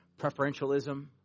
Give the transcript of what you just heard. preferentialism